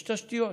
יש תשתיות,